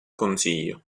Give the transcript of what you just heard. consiglio